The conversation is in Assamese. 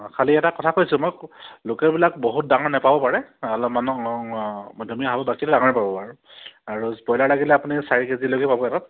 অঁ খালী এটা কথা কৈছোঁ দিছোঁ মই লোকেলবিলাক বহুত ডাঙৰ নাপাবও পাৰে অলপ ডাঙৰে পাব আৰু ব্ৰইলাৰ লাগিলে আপুনি চাৰি কেজিলৈকে পাব এটাত